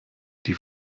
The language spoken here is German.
die